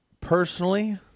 Personally